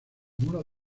unos